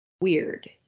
weird